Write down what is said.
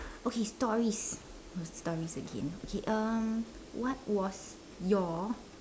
okay stories stories again okay um what was your